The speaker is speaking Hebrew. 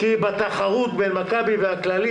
כי בתחרות בין מכבי והכללית,